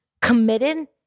committed